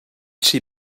she